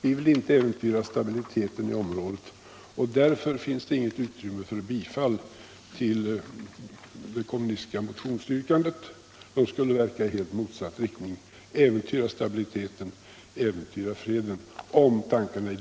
Vi vill inte iäventyra stabiliteten i området, och därför finns det inget utrymme för bifall till det kommunistiska motionsyrkandet som, om tankarna i detsamma förverkligades. skulle äventyra stabiliteten och freden. Herr talman!